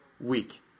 week